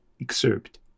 Excerpt